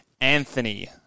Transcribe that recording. Anthony